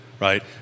right